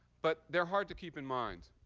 but they're hard to keep in mind.